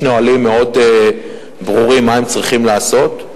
יש נהלים מאוד ברורים מה הם צריכים לעשות.